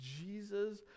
Jesus